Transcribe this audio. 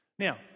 Now